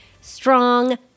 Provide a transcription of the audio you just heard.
strong